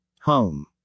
home